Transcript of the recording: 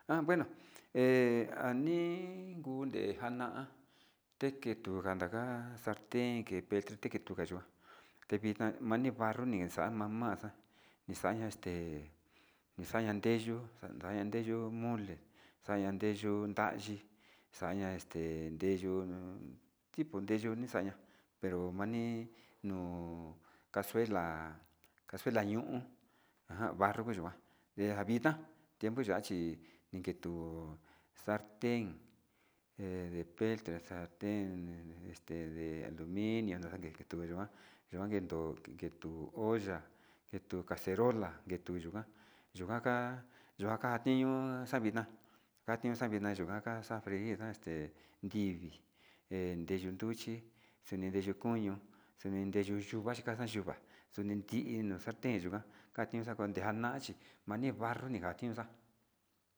Najn bueno he anii njunde njana teke tuu njanda nja salten ke petre xakuan ndikuan, tevitna vani barro ni xa'a mamaxa ixaña nde ixaña ndeyu xandaño mole xanandeyu vayi xaña este ndeyu tipo ndeyu ninaya iña pero mani no'o casuela, casuela ñóo han barro kuu yikuan ndejavitna tiempo yachi niketu salte he de petre salte de aluminio nuu yikuan yuan kendo kito kuu ya'a ketu caserola ketuna keyuaka yuu ka'a tiño xa'a vina katio xakuina vixna ka'a xa'a freir este ridi reyu nruchi, xini ñuu koño xoni nre xechi kaxa yuu yuan ni nri no salte yikuan katio kunde xana chí marbarniga tinxa.